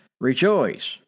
Rejoice